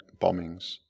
bombings